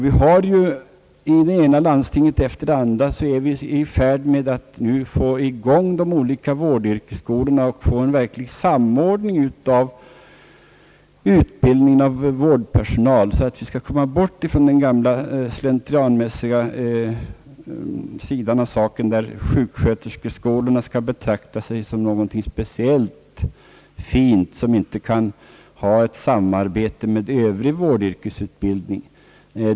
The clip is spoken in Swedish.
I det ena landstinget efter det andra är vi i färd med att få i gång de olika vårdyrkesskolorna och få en verklig samordning av utbildningen av vårdpersonal, så att vi kommer bort från den gamla slentrianmässiga ordningen där sjuksköterskeskolorna skall betrakta sig som någonting speciellt fint som inte kan samarbeta med övrig vårdyrkesutbildning.